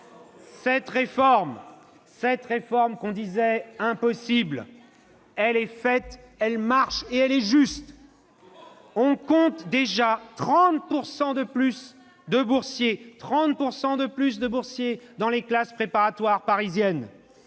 Cette réforme qu'on disait impossible, elle est faite, elle marche et elle est juste. » Oh !« On compte déjà 30 % de plus de boursiers dans les classes préparatoires parisiennes,